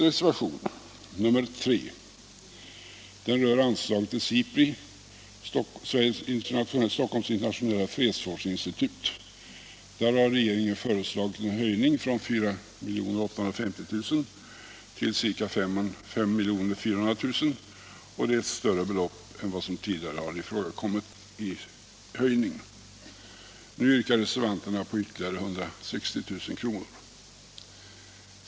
Reservationen 3 rör anslaget till SIPRI, Stockholms internationella fredsforskningsinstitut. Där har regeringen föreslagit en höjning från 4 850 000 till ca 5 400 000 kr. Det är ett större belopp än vad som tidigare har ifrågakommit i höjning. Nu yrkar reservanterna på ytterligare 160 000 kr.